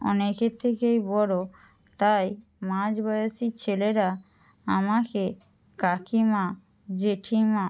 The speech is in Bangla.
অনেকের থেকেই বড় তাই মাঝবয়সি ছেলেরা আমাকে কাকিমা জেঠিমা